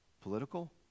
political